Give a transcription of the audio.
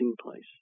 place